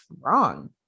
wrong